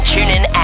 TuneIn